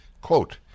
quote